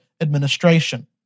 administration